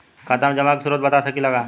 खाता में जमा के स्रोत बता सकी ला का?